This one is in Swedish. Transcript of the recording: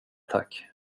tack